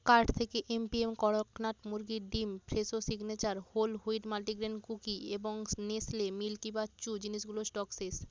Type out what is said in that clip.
cart থেকে M P M Kadaknath মুরগির ডিম Fresho signature whole wheat multigrain cookie এবং নেসলে মিল্কিবার চু জিনিসগুলোর স্টক শেষ